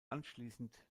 anschließend